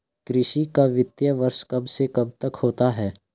कृषि का वित्तीय वर्ष कब से कब तक होता है?